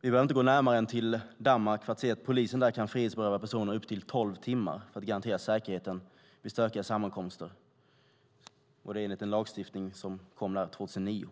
Vi behöver inte gå längre bort än till Danmark för att se att polisen där kan frihetsberöva personer i upp till tolv timmar för att garantera säkerheten vid stökiga sammankomster - allt enligt en lagstiftning från 2009.